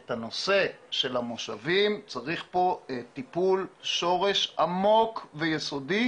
את הנושא של המושבים צריך פה טיפול שורש עמוק ויסודי.